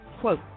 Quote